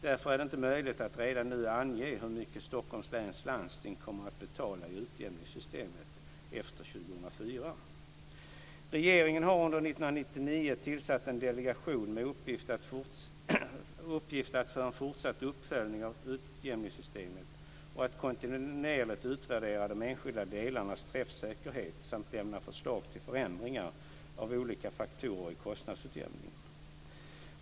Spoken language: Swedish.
Därför är det inte möjligt att redan nu ange hur mycket Stockholms läns landsting kommer betala i utjämningssystemet efter år Regeringen har under 1999 tillsatt en delegation med uppgift att göra en fortsatt uppföljning av utjämningssystemet och att kontinuerligt utvärdera de enskilda delarnas träffsäkerhet samt lämna förslag till förändringar av olika faktorer i kostnadsutjämningen.